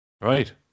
right